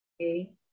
Okay